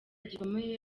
gikomeye